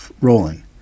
rolling